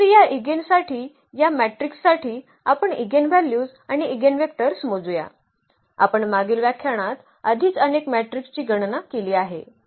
तर या ईगेनसाठी या मॅट्रिक्ससाठी आपण ईगेनव्हल्यूज आणि ईगेनवेक्टर्स मोजूया आपण मागील व्याख्यानात आधीच अनेक मॅट्रिकची गणना केली आहे